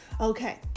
Okay